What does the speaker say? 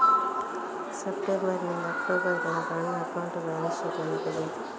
September ನಿಂದ October ತನಕ ನನ್ನ ಅಕೌಂಟ್ ಬ್ಯಾಲೆನ್ಸ್ ಶೀಟ್ ನನಗೆ ಬೇಕು